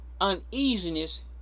uneasiness